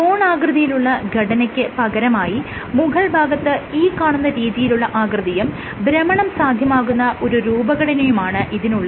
കോണാകൃതിയിലുള്ള ഘടനയ്ക്ക് പകരമായി മുകൾ ഭാഗത്ത് ഈ കാണുന്ന രീതിയിലുള്ള ആകൃതിയും ഭ്രമണം സാധ്യമാകുന്ന ഒരു രൂപഘടനയുമാണ് ഇതിനുള്ളത്